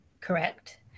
correct